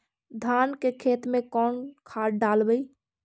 धान के खेत में कौन खाद डालबै?